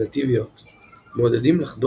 תורמת לתחושות הקשות ומדרבנת